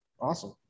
Awesome